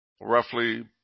roughly